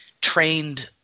trained